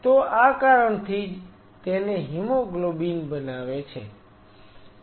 તો આ કારણથી જ તેને હિમોગ્લોબિન બનાવે છે